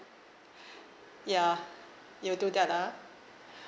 ya you'll do that ah